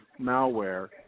malware